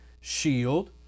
shield